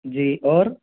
जी और